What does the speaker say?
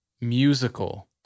musical